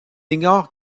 ignore